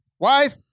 Wife